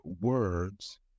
words